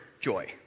joy